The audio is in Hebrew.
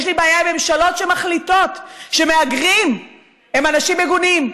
יש לי בעיה עם ממשלות שמחליטות שמהגרים הם אנשים מגונים,